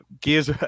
Gears